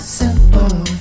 simple